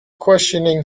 questioning